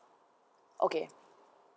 okay